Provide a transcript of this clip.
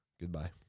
Goodbye